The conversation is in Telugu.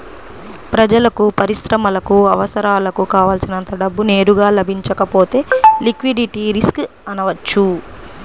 ప్రజలకు, పరిశ్రమలకు అవసరాలకు కావల్సినంత డబ్బు నేరుగా లభించకపోతే లిక్విడిటీ రిస్క్ అనవచ్చు